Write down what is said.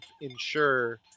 ensure